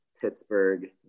Pittsburgh